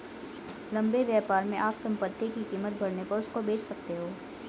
लंबे व्यापार में आप संपत्ति की कीमत बढ़ने पर उसको बेच सकते हो